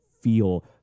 feel